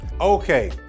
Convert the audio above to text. okay